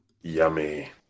Yummy